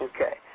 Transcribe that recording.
Okay